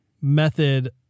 method